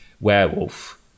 Werewolf